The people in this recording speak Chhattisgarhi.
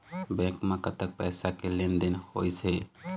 बैंक म कतक पैसा के लेन देन होइस हे?